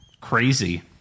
Crazy